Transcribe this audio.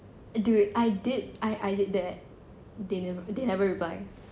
dude I did I need that they nev~ they never reply